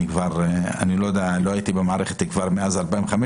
לא הייתי במערכת מאז 2015,